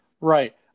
Right